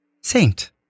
Saint